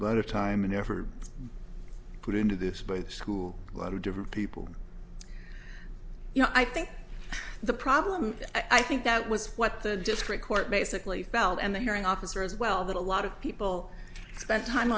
to time and effort put into the school a lot of different people you know i think the problem i think that was what the district court basically felt and the hearing officer as well that a lot of people spent time